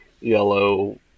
yellow